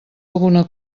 alguna